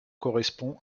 correspond